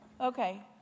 okay